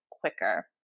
quicker